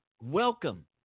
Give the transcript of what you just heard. welcome